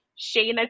Shayna